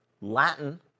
Latin